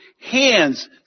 hands